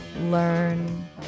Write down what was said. learn